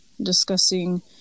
discussing